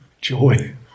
joy